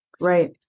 Right